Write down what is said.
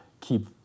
keep